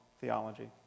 theology